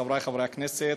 חברי חברי הכנסת,